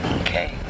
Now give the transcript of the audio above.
Okay